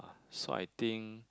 so I think